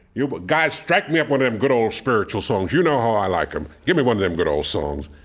you guys strike me up one of them good, old spiritual songs. you know how i like them. give me one of them good, old songs.